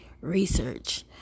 research